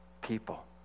people